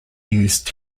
used